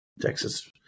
Texas